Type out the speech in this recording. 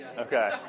Okay